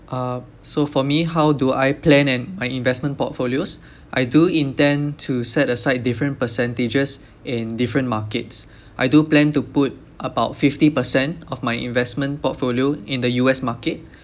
uh so for me how do I plan and my investment portfolios I do intend to set aside different percentages in different markets I do plan to put about fifty percent of my investment portfolio in the U_S market